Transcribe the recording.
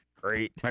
Great